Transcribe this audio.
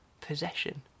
possession